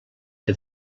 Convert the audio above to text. que